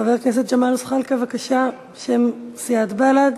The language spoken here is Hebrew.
חבר הכנסת ג'מאל זחאלקה, בבקשה, בשם סיעת בל"ד.